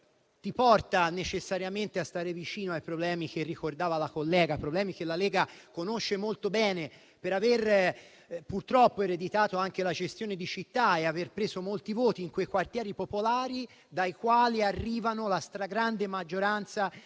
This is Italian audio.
ti porta necessariamente a stare vicino ai problemi che ricordava la collega. La Lega conosce molto bene quei problemi per aver purtroppo ereditato la gestione di città e aver preso molti voti in quei quartieri popolari dai quali arrivano la stragrande maggioranza